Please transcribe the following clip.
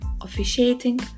officiating